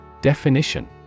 Definition